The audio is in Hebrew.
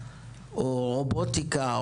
או רובוטיקה,